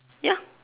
ya